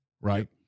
right